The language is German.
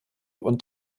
und